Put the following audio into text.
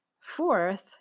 Fourth